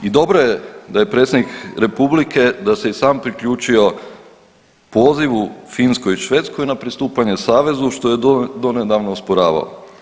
I dobro je da je predsjednik Republike da se i sam priključio pozivu Finskoj i Švedskoj na pristupanje savezu što je donedavno osporavao.